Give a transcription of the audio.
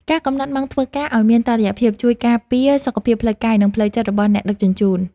ការកំណត់ម៉ោងធ្វើការឱ្យមានតុល្យភាពជួយការពារសុខភាពផ្លូវកាយ និងផ្លូវចិត្តរបស់អ្នកដឹកជញ្ជូន។